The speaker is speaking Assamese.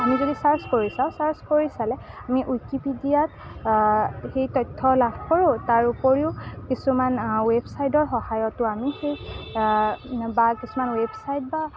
আমি যদি ছাৰ্চ কৰি চাওঁ ছাৰ্চ কৰি চালে আমি উইকিপেডিয়াত সেই তথ্য লাভ কৰোঁ তাৰ উপৰিও কিছুমান ৱেবছাইটৰ সহায়তো আমি সেই বা কিছুমান ৱেবছাইট বা